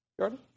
Jordan